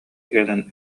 кэлэн